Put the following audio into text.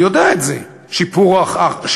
הוא יודע את זה: שיפור החינוך,